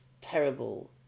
terrible